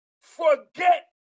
forget